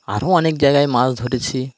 আরও অনেক জায়গায় মাছ ধরেছি